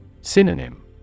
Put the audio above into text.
Synonym